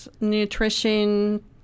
nutrition